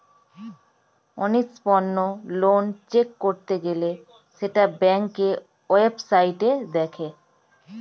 অনিষ্পন্ন loan check করতে গেলে সেটা ব্যাংকের ওয়েবসাইটে দেখে